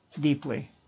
deeply